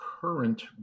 current